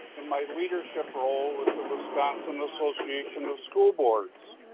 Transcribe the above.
and my leadership role with the wisconsin association of school boards.